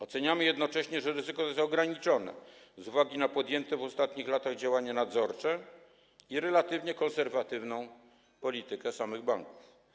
Oceniamy jednocześnie, że ryzyko jest ograniczone z uwagi na podjęte w ostatnich latach działania nadzorcze i relatywnie konserwatywną politykę samych banków.